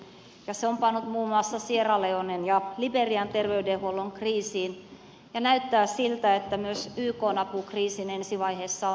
se on pannut muun muassa sierra leonen ja liberian terveydenhuollon kriisiin ja näyttää siltä että myös ykn apu kriisin ensi vaiheessa on ollut heikkoa